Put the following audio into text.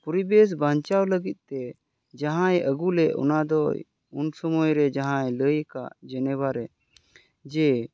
ᱯᱚᱨᱤᱵᱮᱥ ᱵᱟᱧᱪᱟᱣ ᱞᱟᱹᱜᱤᱫ ᱛᱮ ᱡᱟᱦᱟᱸᱭ ᱟᱹᱜᱩ ᱞᱮᱫ ᱚᱱᱟ ᱫᱚ ᱩᱱ ᱥᱩᱢᱟᱹᱭ ᱨᱮ ᱡᱟᱦᱟᱸᱭ ᱞᱟᱹᱭ ᱟᱠᱟᱫ ᱡᱮᱱᱮᱵᱟᱨᱮ ᱡᱮ